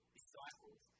disciples